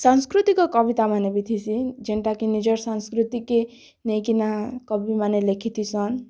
ସାଂସ୍କୃତିକ କବିତାମାନେ ବି ଥିସି ଯେନ୍ଟାକି ନିଜର୍ ସଂସ୍କୃତିକେ ନେଇକିନା କବିମାନେ ଲେଖିଥିସନ୍